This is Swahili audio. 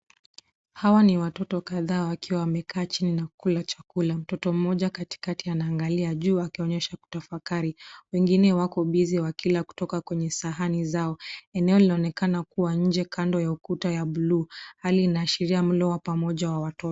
Hawa ni watoto kadhaa wakiwa wamekaa chini na kula chakula. Mtoto mmoja katikati anaangalia juu akionyesha kutafakari, wengine wako bize wakila kutoka kwenye sahani zao. Eneo linaonekana kuwa nje kando na ukuta ya buluu. Hali inaashiria mlo wa pamoja wa watoto.